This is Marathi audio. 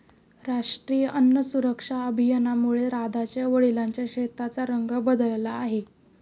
राष्ट्रीय अन्न सुरक्षा अभियानामुळे राधाच्या वडिलांच्या शेताचा रंग बदलला आहे